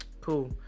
cool